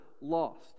lost